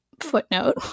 footnote